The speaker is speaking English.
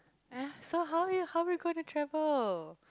so how so how we're going to travel